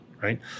Right